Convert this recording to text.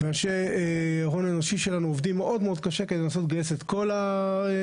אנשי ההון האנושי שלנו עובדים מאוד קשה כדי לנסות לגייס את כל התקנים,